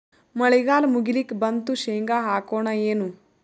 ಮಳಿಗಾಲ ಮುಗಿಲಿಕ್ ಬಂತು, ಶೇಂಗಾ ಹಾಕೋಣ ಏನು?